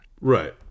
Right